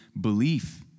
belief